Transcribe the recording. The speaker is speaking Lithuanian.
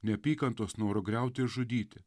neapykantos noro griauti ir žudyti